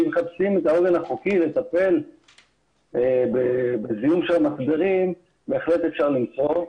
אם רוצים לטפל בנושאי מיחזור, בהחלט אפשר למצוא.